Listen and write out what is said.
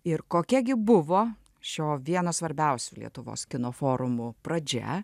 ir kokia gi buvo šio vieno svarbiausių lietuvos kino forumo pradžia